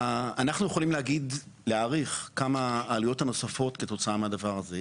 אנחנו יכולים להעריך מהן העלויות הנוספות כתוצאה מהדבר הזה.